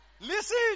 Listen